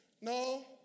No